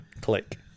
click